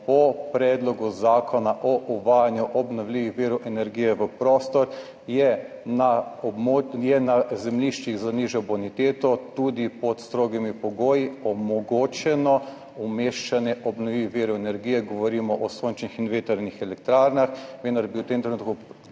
po predlogu Zakona o uvajanju obnovljivih virov energije v prostor je na območju…, je na zemljiščih z nižjo boniteto tudi pod strogimi pogoji, omogočeno umeščanje obnovljivih virov energije, govorimo o sončnih in vetrnih elektrarnah, vendar bi v tem trenutku